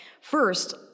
first